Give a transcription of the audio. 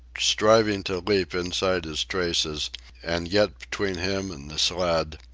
striving to leap inside his traces and get between him and the sled,